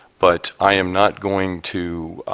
but i am not going to